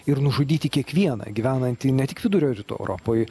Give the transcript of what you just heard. ir nužudyti kiekvieną gyvenantį ne tik vidurio rytų europoj